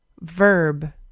verb